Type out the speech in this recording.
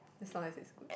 as long as its good